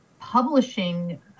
publishing